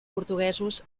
portuguesos